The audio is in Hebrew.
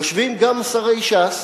יושבים גם שרי ש"ס,